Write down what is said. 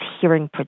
hearing